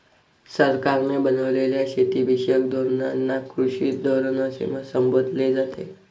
सरकारने बनवलेल्या शेतीविषयक धोरणांना कृषी धोरण असे संबोधले जाते